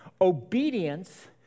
obedience